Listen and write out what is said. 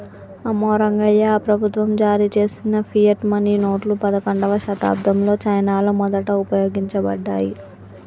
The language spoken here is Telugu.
అమ్మో రంగాయ్యా, ప్రభుత్వం జారీ చేసిన ఫియట్ మనీ నోట్లు పదకండవ శతాబ్దంలో చైనాలో మొదట ఉపయోగించబడ్డాయి